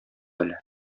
әле